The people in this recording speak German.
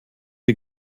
die